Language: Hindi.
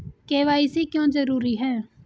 के.वाई.सी क्यों जरूरी है?